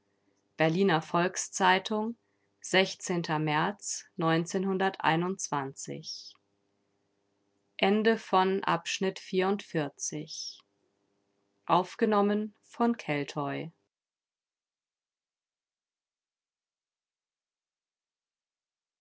berliner volks-zeitung märz